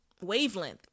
wavelength